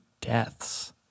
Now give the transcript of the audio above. deaths